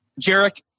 Jarek